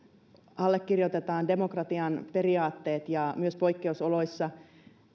allekirjoitetaan demokratian periaatteet ja myös poikkeusoloissa